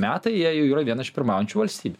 metai jie yra viena iš pirmaujančių valstybių